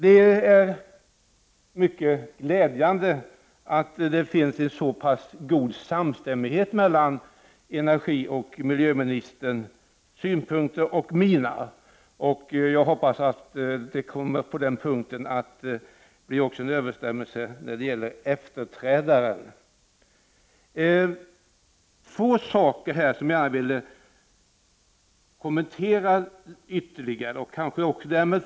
Det är mycket glädjande att det finns en så god samstämmighet mellan miljöoch energiministerns synpunkter och mina, och jag hoppas att en sådan överensstämmelse också skall komma att föreligga mellan hennes efterträdare och mig. Jag vill ytterligare kommentera två saker, och även ställa en följdfråga.